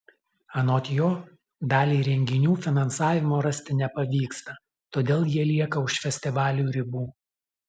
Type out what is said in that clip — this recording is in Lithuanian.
anot jo daliai renginių finansavimo rasti nepavyksta todėl jie lieka už festivalių ribų